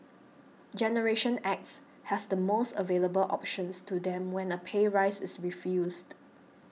generation X has the most available options to them when a pay rise is refused